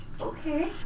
Okay